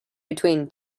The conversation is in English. between